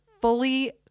fully